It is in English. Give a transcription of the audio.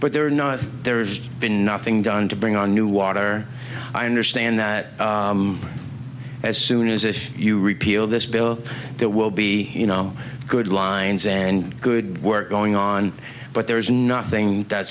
but they're not there's been nothing done to bring our new water i understand that as as soon if you repeal this bill there will be you know good lines and good work going on but there is nothing that